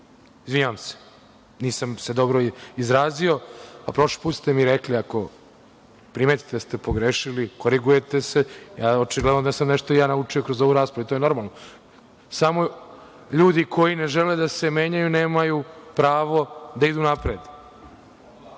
izvinjavam se, nisam se dobro izrazio, a prošli put ste mi rekli – ako primetite da ste pogrešili, korigujete se, i evo očigledno da sam nešto i ja naučio kroz ovu raspravu i to je normalno. Samo ljudi koji ne žele da se menjaju, nemaju pravo da idu napred. Ima